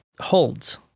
holds